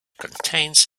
contains